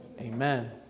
Amen